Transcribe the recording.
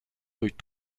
durch